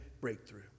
breakthrough